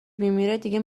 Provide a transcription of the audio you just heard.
میمیره، دیگه